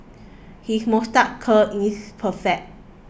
his moustache curl is perfect